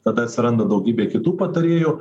tada atsiranda daugybė kitų patarėjų